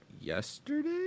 Yesterday